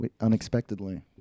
unexpectedly